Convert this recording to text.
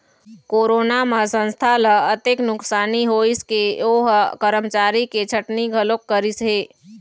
corona म संस्था ल अतेक नुकसानी होइस के ओ ह करमचारी के छटनी घलोक करिस हे